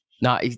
no